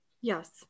yes